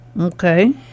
okay